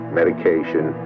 medication